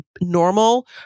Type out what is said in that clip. normal